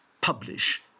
publish